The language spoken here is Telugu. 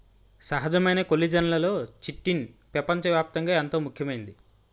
సహజమైన కొల్లిజన్లలో చిటిన్ పెపంచ వ్యాప్తంగా ఎంతో ముఖ్యమైంది